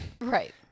Right